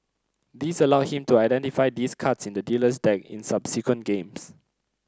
this allowed him to identify these cards in the dealer's deck in subsequent games